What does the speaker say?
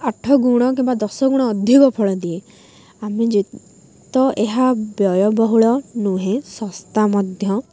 ଆଠ ଗୁଣ କିମ୍ବା ଦଶ ଗୁଣ ଅଧିକ ଫଳ ଦିଏ ଆମେ ଯେତେ ଏହା ବ୍ୟୟବହୁଳ ନୁହେଁ ଶସ୍ତା ମଧ୍ୟ